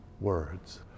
words